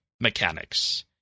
mechanics